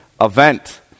event